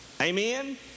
Amen